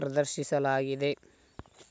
ಪ್ರದರ್ಶಿಸಲಾಗಿದೆ